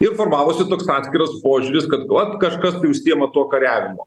ir formavosi toks tam tikras požiūris kad vat kažkas tai užsiima tuo kariavimu